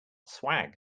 swag